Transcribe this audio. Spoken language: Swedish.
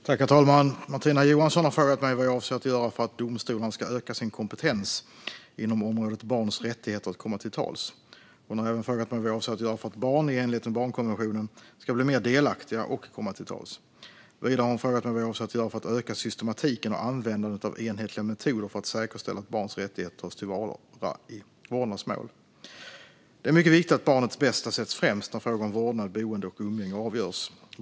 Herr talman! Martina Johansson har frågat mig vad jag avser att göra för att domstolarna ska öka sin kompetens inom området barns rättigheter att komma till tals. Hon har även frågat mig vad jag avser att göra för att barn, i enlighet med barnkonventionen, ska bli mer delaktiga och komma till tals. Vidare har hon frågat mig vad jag avser att göra för att öka systematiken och användandet av enhetliga metoder för att säkerställa att barns rättigheter tas till vara i vårdnadsmål. Det är mycket viktigt att barnets bästa sätts främst när frågor om vårdnad, boende och umgänge avgörs.